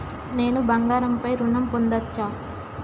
నేను బంగారం పై ఋణం పొందచ్చా?